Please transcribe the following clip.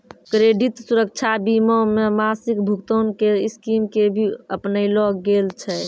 credit सुरक्षा बीमा मे मासिक भुगतान के स्कीम के भी अपनैलो गेल छै